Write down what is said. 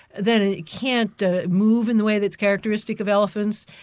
then it can't ah move in the way that's characteristic of elephants,